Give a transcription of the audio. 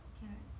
okay